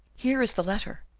here is the letter,